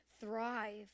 thrive